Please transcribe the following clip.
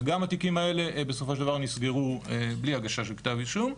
וגם התיקים האלה בסופו של דבר נסגרו בלי הגשה של כתב אישום.